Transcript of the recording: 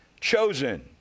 chosen